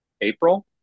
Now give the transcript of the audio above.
April